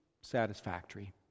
satisfactory